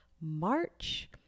March